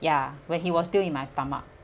ya when he was still in my stomach